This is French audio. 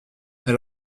elle